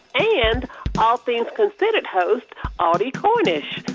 and all things considered host audie cornish.